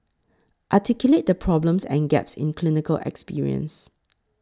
articulate the problems and gaps in clinical experience